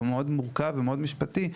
מאוד מורכב ומאוד משפטי,